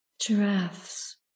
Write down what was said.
giraffes